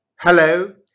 Hello